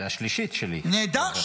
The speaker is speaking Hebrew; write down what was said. זאת השלישית שלי --- נהדר,